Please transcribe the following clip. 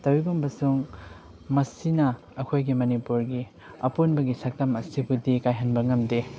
ꯇꯧꯏꯒꯨꯝꯕꯁꯨꯡ ꯃꯁꯤꯅ ꯑꯩꯈꯣꯏꯒꯤ ꯃꯅꯤꯄꯨꯔꯒꯤ ꯑꯄꯨꯟꯕꯒꯤ ꯁꯛꯇꯝ ꯑꯁꯤꯕꯨꯗꯤ ꯀꯥꯏꯍꯟꯕ ꯉꯝꯗꯦ